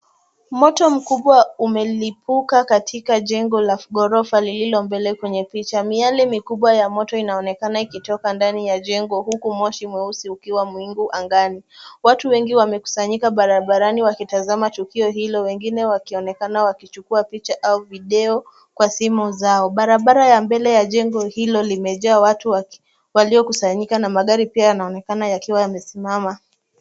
Moto mkubwa umelipuka katika jengo la ghorofa lilo mbele kwenye picha. Miale mikubwa ya moto inaonekana ikitoka ndani ya jengo huku moshi mweusi ukiwa mwingi angani. Watu wengi wamekusanyika barabarani wakitazama tukio hilo wengine wakionekana wakichukua picha au video kwa simu zao. Barabara ya mbele ya jengo hilo limejaa watu waliokusanyika na magari pia yanaonekana yakiwa yamesimama.